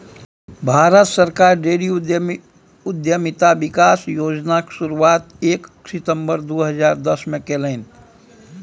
भारत सरकार डेयरी उद्यमिता विकास योजनाक शुरुआत एक सितंबर दू हजार दसमे केलनि